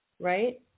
right